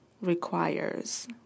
requires